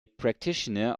practitioner